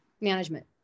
management